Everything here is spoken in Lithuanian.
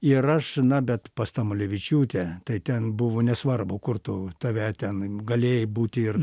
ir aš na bet pas tamulevičiūtę tai ten buvo nesvarbu kur tu tave ten galėjai būti ir